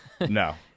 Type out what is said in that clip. no